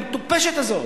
המטופשת הזאת.